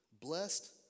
Blessed